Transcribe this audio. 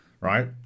right